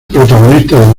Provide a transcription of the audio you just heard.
protagonista